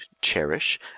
cherish